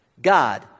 God